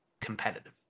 competitive